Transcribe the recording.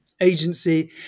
agency